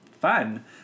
Fun